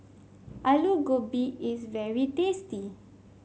Aloo Gobi is very tasty